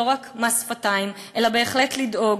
לא רק מס שפתיים אלא בהחלט לדאוג,